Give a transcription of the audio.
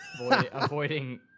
Avoiding